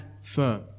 firm